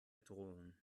drohung